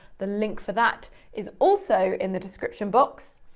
the link for that is also in the description box.